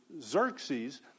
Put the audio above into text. Xerxes